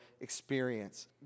experience